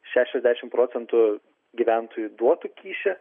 šešiasdešimt procentų gyventojų duotų kyšį